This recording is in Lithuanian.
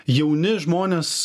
jauni žmonės